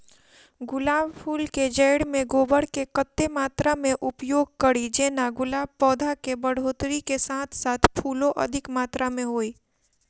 गुलाब फूल केँ जैड़ मे गोबर केँ कत्ते मात्रा मे उपयोग कड़ी जेना गुलाब पौधा केँ बढ़ोतरी केँ साथ साथ फूलो अधिक मात्रा मे होइ?